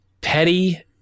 petty